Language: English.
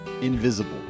invisible